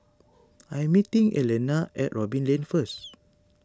I am meeting Elana at Robin Lane first